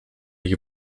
ich